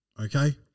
Okay